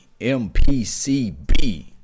M-P-C-B